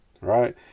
right